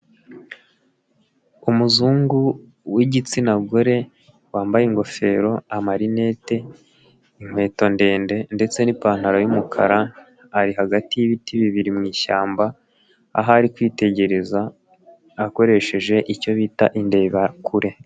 Umuzungu w'igitsina gore, wambaye ingofero, amarinete, inkweto ndende ndetse n'ipantaro y'umukara, ari hagati y'ibiti bibiri mwishyamba, ari kwitegereza akoresheje icyo bita indebakure.